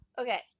Okay